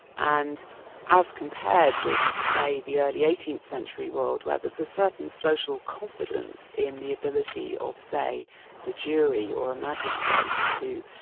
and as compared with say the early eighteenth century world where there's a certain social confidence in the ability of say the jury or a magistrate, to